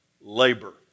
Labor